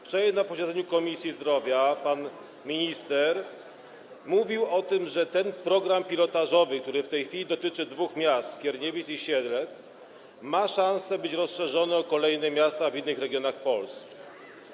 Wczoraj na posiedzeniu Komisji Zdrowia pan minister mówił o tym, że program pilotażowy, który w tej chwili dotyczy dwóch miast, Skierniewic i Siedlec, ma szansę być rozszerzony o kolejne miasta w innych regionach Polski.